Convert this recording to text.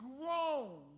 grown